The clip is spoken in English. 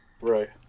Right